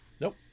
Nope